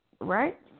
right